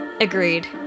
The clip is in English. Agreed